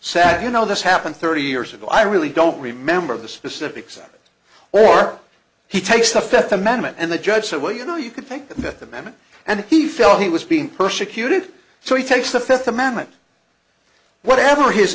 said you know this happened thirty years ago i really don't remember the specifics of it or he takes the fifth amendment and the judge said well you know you could think the fifth amendment and if he felt he was being persecuted so he takes the fifth amendment whatever his